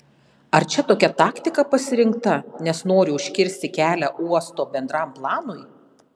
ar čia tokia taktika pasirinkta nes nori užkirsti kelią uosto bendram planui